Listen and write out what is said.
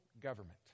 government